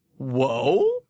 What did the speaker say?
Whoa